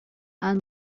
аан